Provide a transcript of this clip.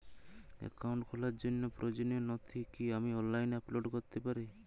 Account খোলার জন্য প্রয়োজনীয় নথি কি আমি অনলাইনে আপলোড করতে পারি?